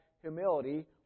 humility